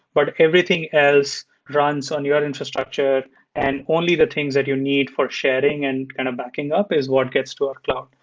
but everything else runs on your infrastructure and only the things that you need for sharing and kind of backing up is what gets to our cloud.